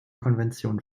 konvention